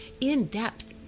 in-depth